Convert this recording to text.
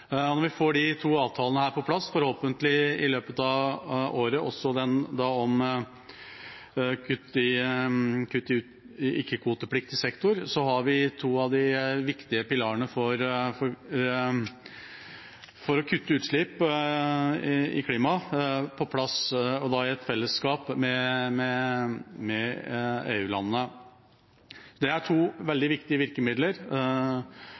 Når vi får disse to avtalene på plass, forhåpentlig i løpet av året – også den om kutt i ikke-kvotepliktig sektor – har vi to av de viktige pilarene for å kutte klimagassutslipp på plass, i et fellesskap med EU-landene. Dette er to veldig viktige virkemidler, og det å få fart på handelen med klimakvoter er særlig viktig. Det er